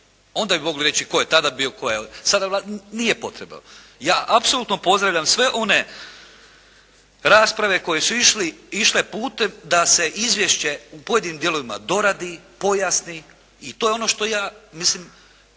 Onda bi mogli reći tko je tada bio, tko je, sada nije potrebno. Ja apsolutno pozdravljam sve one rasprave koje su išle putem da se izvješće u pojedinim dijelovima doradi, pojasni i to je ono što ja mislim